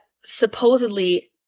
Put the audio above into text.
supposedly